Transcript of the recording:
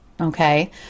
Okay